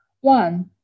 one